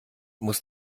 muss